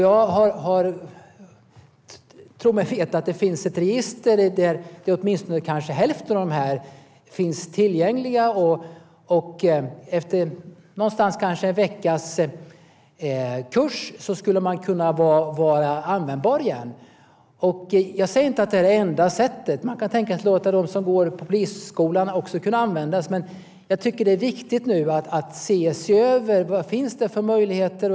Jag tror mig veta att det finns ett register där åtminstone hälften av dessa finns tillgängliga. Efter kanske en veckas kurs skulle de kunna vara användbara igen. Jag säger inte att det är det enda sättet. Man kan också tänka sig att kunna låta dem som går på polisskolan användas. Det är viktigt att se över vad det finns för möjligheter.